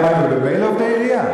תאגידי המים הם ממילא עובדי עירייה?